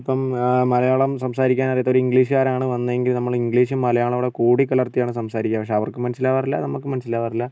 ഇപ്പം മലയാളം സംസാരിക്കാനറിയാത്തവർ ഇംഗ്ലീഷ് കാരാണ് വന്നതെങ്കിൽ നമ്മൾ ഇംഗ്ലീഷും മലയാളോംകൂടെ കൂടി കലർത്തിയാണ് സംസാരിക്കുക പക്ഷേ അവർക്കും മനസിലാകാറില്ല നമുക്കും മനസിലാകാറില്ല